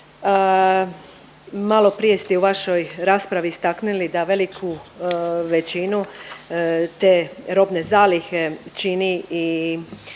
Maloprije ste i u vašoj raspravi istaknili da veliku većinu te robne zalihe čini i